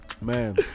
Man